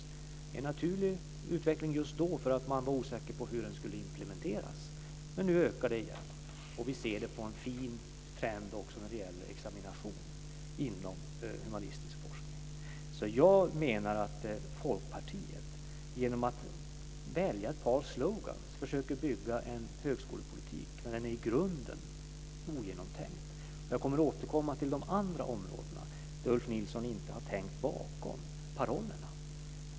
Det var en naturlig utveckling just då, eftersom man var osäker på hur den skulle implementeras. Men nu ökar den igen, och vi ser det på en fin trend också när det gäller examinationer inom humanistisk forskning. Jag menar därför att Folkpartiet genom att välja ett par sloganer försöker bygga en högskolepolitik. Men den är i grunden ogenomtänkt. Jag kommer att återkomma till de andra områdena där Ulf Nilsson inte har tänkt bakom parollerna.